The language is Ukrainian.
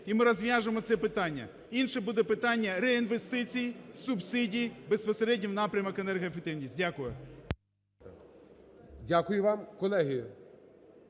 і ми розв'яжемо це питання. Інше буде питання реінвестицій, субсидій, безпосередньо в напрямок енергоефективність. Дякую. ГОЛОВУЮЧИЙ. Дякую вам. Колеги,